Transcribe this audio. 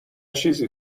چیزی